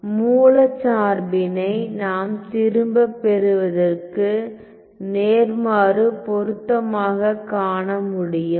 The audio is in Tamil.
மூலச் சார்பினை நாம் திரும்பப் பெறுவதற்கு நேர்மாறு பொருத்தமாகக் காண முடியுமா